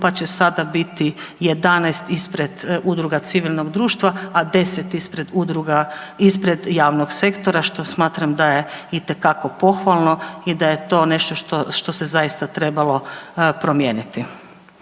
pa će sada biti 11 ispred udruga civilnog društva, a 10 ispred udruga, ispred javnog sektora što smatram da je itekako pohvalo i da je to nešto što se zaista trebalo promijeniti.